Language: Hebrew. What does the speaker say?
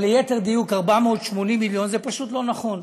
או ליתר דיוק 480 מיליון, זה פשוט לא נכון.